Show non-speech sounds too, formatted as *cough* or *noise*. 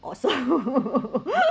also *laughs*